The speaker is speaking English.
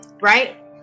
right